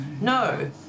no